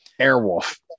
Airwolf